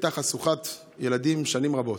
הייתה חשוכת ילדים שנים רבות,